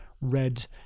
Red